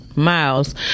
miles